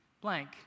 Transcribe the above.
blank